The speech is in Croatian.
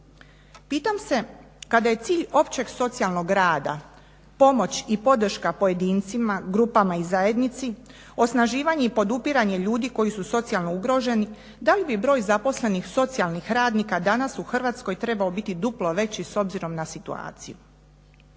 Pitam se kada je cilj općeg socijalnog rada pomoć i podrška pojedincima, grupama i zajednici, osnaživanje i podupiranje ljudi koji su socijalno ugroženi, da li broj zaposlenih socijalnih radnika danas u Hrvatskoj trebao biti duplo veći s obzirom na situaciju.